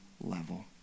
level